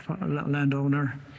landowner